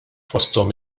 fosthom